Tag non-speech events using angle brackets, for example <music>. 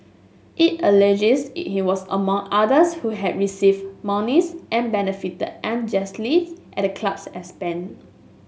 it alleges <unintelligible> he was among others who had received monies and benefited unjustly at the club's expense